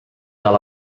that